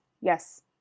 yes